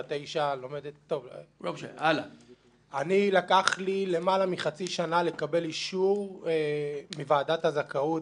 בת 9. לקח לי למעלה מחצי שנה לקבל אישור מוועדת הזכאות,